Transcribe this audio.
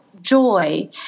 joy